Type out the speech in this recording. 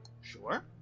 Sure